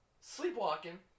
sleepwalking